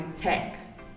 tech